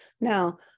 Now